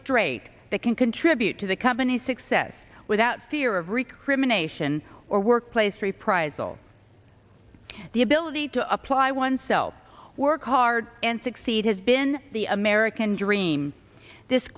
straight that can contribute to the company's success without fear of recrimination or workplace reprisal the ability to apply oneself work hard and succeed has been the american dream this